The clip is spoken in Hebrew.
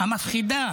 המפחידה